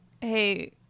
hey